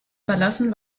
verlassen